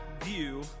view